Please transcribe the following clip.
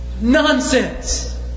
Nonsense